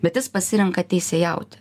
bet jis pasirenka teisėjaut